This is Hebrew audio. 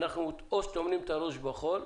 אז או שאנחנו טומנים את הראש בחול,